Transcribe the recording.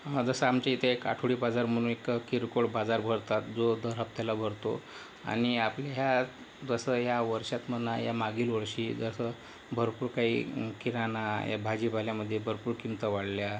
जसं आमच्या इथे एक आठवडी बाजार म्हणून एक किरकोळ बाजार भरतात जो दर हप्त्याला भरतो आणि आपल्या ह्या जसं या वर्षात म्हणा या मागील वर्षी जसं भरपूर काही किराणा या भाजीपाल्यामध्ये भरपूर किमती वाढलेल्या आहे